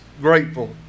grateful